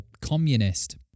communist